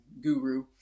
guru